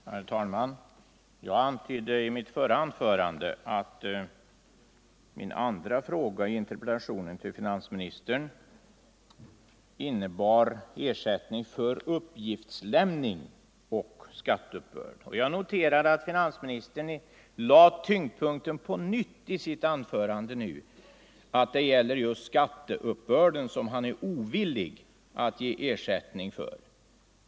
Herr talman! Jag antydde i mitt förra anförande att min andra fråga i interpellationen till finansministern innebar ersättning för uppgiftslämnande och skatteuppbörd, och jag noterade att finansministern nu i sitt anförande på nytt lade tyngdpunkten vid att det är just skatteuppbörden som han är ovillig att ge ersättning för.